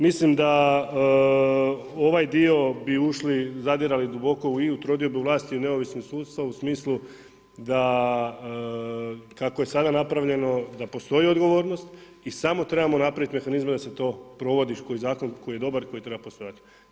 Mislim da u ovaj dio bi ušli, zadirali duboko i u trodiobu vlasti i u neovisno sudstvo u smislu da kako je sada napravljeno da postoji odgovornost i samo trebamo napraviti mehanizme da se to provodi, zakon koji je dobar i koji treba postojati.